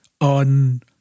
on